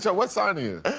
so what sign are you?